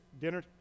Dinner